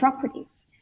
properties